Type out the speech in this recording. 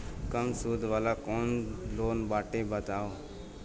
कम सूद वाला कौन लोन बाटे बताव?